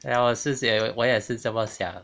ya 我也是写我也是这么想